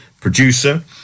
producer